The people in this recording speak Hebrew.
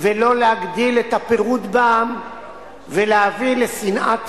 ולא להגדיל את הפירוד בעם ולהביא לשנאת חינם.